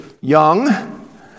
young